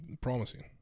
promising